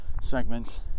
segments